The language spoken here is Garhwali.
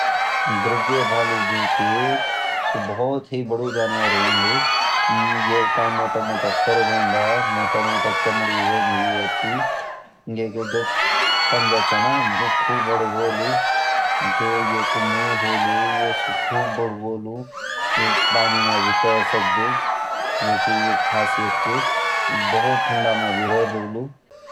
ध्रविया भालू जो चीसु भूत ही बड़ा जानवर होन्दु यैके मोटा मोटा फर हौंडा मोटा मोटा चमड़ी होंदी यैके पंजा च न वो खूब बदु होलु जो यैका मुँह होलु वो सुकु बदु होलु ये पानी मई भी तैर सकदु ये की ये खासियत ची ये भूत ठंडा मई भी रहे ड्युलु